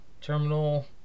terminal